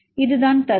இதுதான் தரவு